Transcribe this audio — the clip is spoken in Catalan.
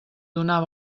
donar